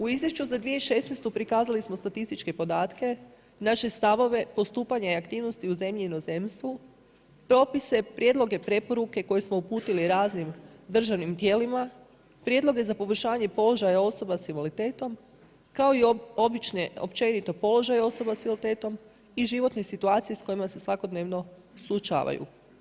U izvješću za 2016. prikazali smo statističke podatke, naše stavove, postupanje i aktivnosti u zemlji i inozemstvu, propise, prijedloge, preporuke koje smo uputili raznim državnim tijelima, prijedloge za poboljšanje položaja osoba s invaliditetom, kao i općenito položaj osoba s invaliditetom i životne situacije s kojima se svakodnevno suočavaju.